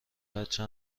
بچه